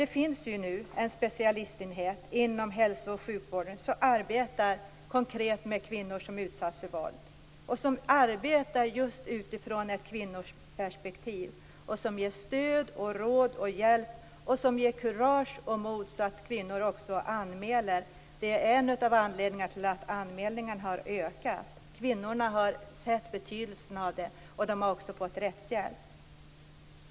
Det finns nu en specialistenhet inom hälsooch sjukvården som arbetar konkret med kvinnor som utsatts för våld. De arbetar just utifrån ett kvinnoperspektiv och ger stöd, råd och hjälp. De ger kurage och mod så att kvinnor också anmäler. Det är en av anledningarna till att anmälningarna har ökat. Kvinnorna har sett betydelsen av det, och de har också fått rättshjälp.